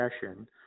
session